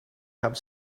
have